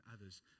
others